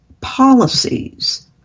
policies